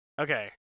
Okay